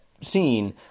scene